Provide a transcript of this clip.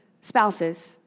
Spouses